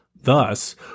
Thus